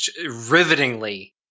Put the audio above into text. rivetingly